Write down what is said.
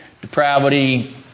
depravity